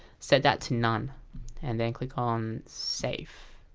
set that to none and then click on save